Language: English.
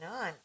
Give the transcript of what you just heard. on